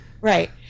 Right